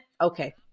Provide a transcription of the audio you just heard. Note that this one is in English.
okay